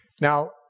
Now